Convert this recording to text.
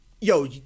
yo